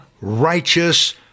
righteous